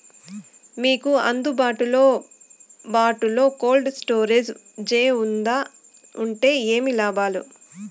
మీకు అందుబాటులో బాటులో కోల్డ్ స్టోరేజ్ జే వుందా వుంటే ఏంటి లాభాలు?